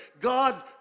God